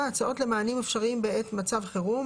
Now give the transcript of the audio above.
הצעות למענים אפשריים בעת מצב חירום